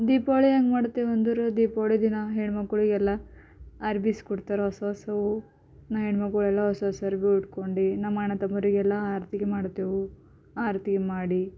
ದೀಪಾವಳಿ ಹೆಂಗೆ ಮಾಡ್ತೇವೆ ಅಂದರೆ ದೀಪಾವಳಿ ದಿನ ಹೆಣ್ಮಕ್ಳಿಗೆ ಎಲ್ಲ ಅರ್ವಿ ಇಸ್ಕೊಡ್ತಾರೆ ಹೊಸ ಹೊಸವು ನಾವು ಹೆಣ್ಮಕ್ಳು ಎಲ್ಲ ಹೊಸ ಹೊಸ ಅರ್ವಿ ಉಟ್ಕೊಂಡು ನಮ್ಮ ಅಣ್ಣ ತಮ್ಮರಿಗೆಲ್ಲ ಆರತಿಗೆ ಮಾಡ್ತೇವೆ ಆರತಿ ಮಾಡಿ